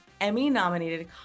Emmy-nominated